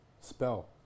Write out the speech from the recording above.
Spell